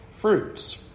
fruits